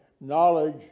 knowledge